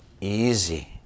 easy